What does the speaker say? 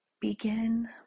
begin